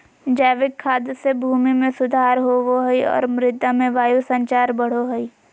जैविक खाद से भूमि में सुधार होवो हइ और मृदा में वायु संचार बढ़ो हइ